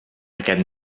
aquest